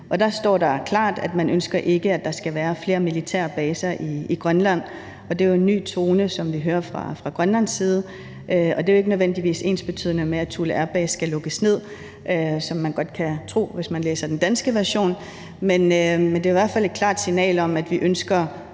Der står klart, at man ikke ønsker, at der skal være flere militære baser i Grønland, og det er jo en ny tone, vi hører fra Grønlands side. Det er jo ikke nødvendigvis ensbetydende med, at Thule Air Base skal lukkes ned, hvilket man godt kunne tro, hvis man læser den danske version. Men det er i hvert fald et klart signal om, at vi ønsker